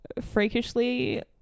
freakishly